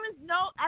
no